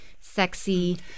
sexy